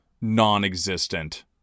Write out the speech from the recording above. non-existent